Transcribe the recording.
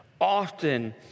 often